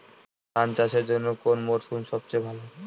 ধান চাষের জন্যে কোন মরশুম সবচেয়ে ভালো?